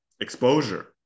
exposure